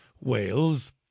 Wales